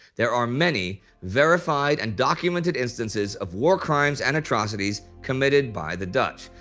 there are many verified and documented instances of war crimes and atrocities committed by the dutch.